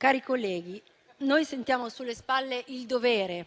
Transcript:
Onorevoli colleghi, noi sentiamo sulle spalle il dovere,